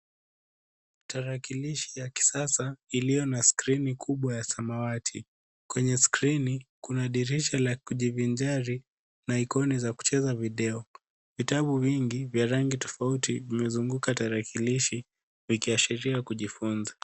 Tarakilishi ya kisasa iliyo na skrini kubwa ya samawati. Kwenye skrini, kuna dirisha la kujivinjari na aikoni za kucheza video . Vitabu vingi vya rangi tofauti vimezunguka tarakilishi vikiashiria kujifunza.